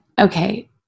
Okay